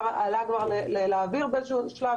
ובאיזשהו שלב